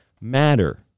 matter